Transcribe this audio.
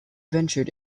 ventured